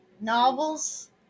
novels